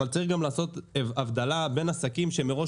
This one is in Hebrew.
אבל צריך גם לעשות הבחנה בין עסקים שמראש